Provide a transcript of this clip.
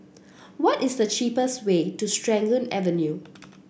what is the cheapest way to Serangoon Avenue